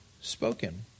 spoken